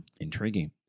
Intriguing